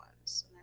ones